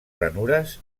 ranures